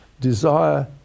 desire